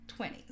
20s